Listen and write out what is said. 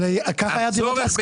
אבל כך היה בדירות להשכרה.